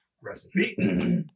recipe